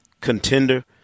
contender